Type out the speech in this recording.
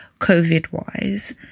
COVID-wise